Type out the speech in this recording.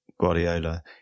Guardiola